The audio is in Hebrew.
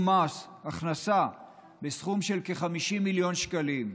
מס הכנסה בסכום של כ-50 מיליון שקלים,